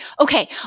okay